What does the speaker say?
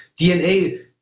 DNA